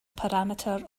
parameter